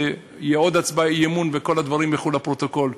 ותהיה כאן עוד הצבעת אי-אמון וכל הדברים ילכו לפרוטוקול,